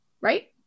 right